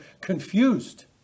confused